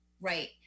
Right